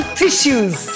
tissues